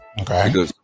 Okay